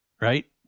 right